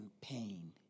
pain